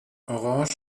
orange